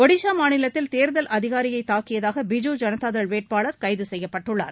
ஒடிஷா மாநிலத்தில் தேர்தல் அதிகாரியைத் தாக்கியதாக பிஜு ஜனதா தள் வேட்பாளர் கைது செய்யப்பட்டுள்ளார்